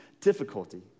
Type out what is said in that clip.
difficulty